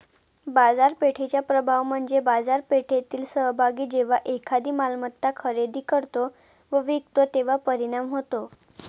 बाजारपेठेचा प्रभाव म्हणजे बाजारपेठेतील सहभागी जेव्हा एखादी मालमत्ता खरेदी करतो व विकतो तेव्हा परिणाम होतो